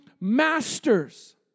masters